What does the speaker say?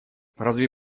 разве